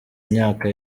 myaka